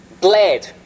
bled